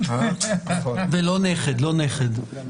לא נכד.